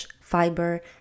fiber